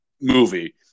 movie